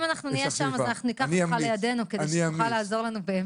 אם אנחנו נהיה שם אז אנחנו ניקח אותך לידנו כדי שתוכל לעזור לנו.